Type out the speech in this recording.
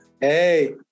Hey